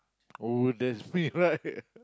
oh that's me right